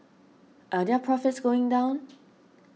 are their profits going down